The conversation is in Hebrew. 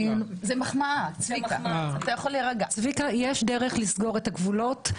צביקה, יש דרך לסגור את הגבולות.